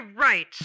right